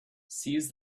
seize